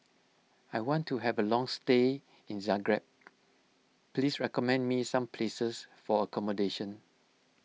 I want to have a long stay in Zagreb please recommend me some places for accommodation